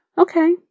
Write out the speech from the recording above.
okay